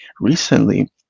recently